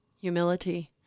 Humility